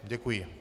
Děkuji.